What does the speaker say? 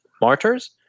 martyrs